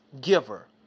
giver